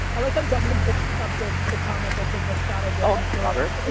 i like how dustin puts up the the comment that says moscato gets me girls,